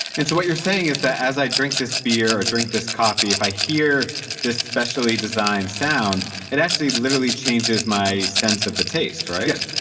and so what you're saying, is that as i drink this beer or drink this coffee if i hear this specially designed sound it actually literally changes my sense of the taste, right? yes.